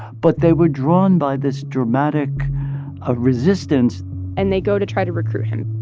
but they were drawn by this dramatic ah resistance and they go to try to recruit him